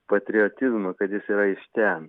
patriotizmą kad jis yra iš ten